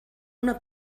una